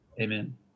Amen